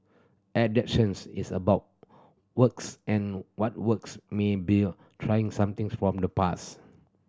adaptations is about works and what works may bell trying something's from the past